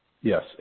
Yes